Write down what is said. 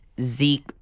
Zeke